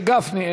משה גפני,